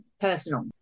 personal